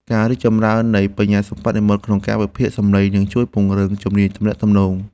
ការរីកចម្រើននៃ បញ្ញាសិប្បនិម្មិត ក្នុងការវិភាគសំឡេង នឹងជួយពង្រឹងជំនាញទំនាក់ទំនង។